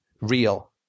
real